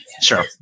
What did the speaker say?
Sure